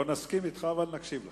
לא נסכים אתך, אבל נקשיב לך.